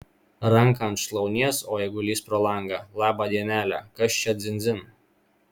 ranką ant šlaunies o eigulys pro langą labą dienelę kas čia dzin dzin